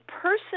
person